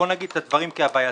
בוא נגיד את הדברים כהווייתם,